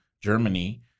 Germany